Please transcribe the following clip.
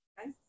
okay